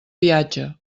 viatge